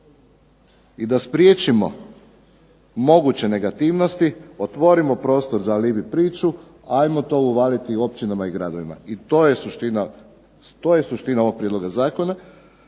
i da spriječimo moguće negativnosti otvorimo prostor za alibi priču. Hajmo to uvaliti općinama i gradovima i to je suština ovog prijedloga zakona.